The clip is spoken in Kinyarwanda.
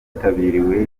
byitabiriwe